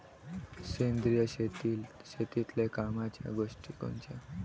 सेंद्रिय शेतीतले कामाच्या गोष्टी कोनच्या?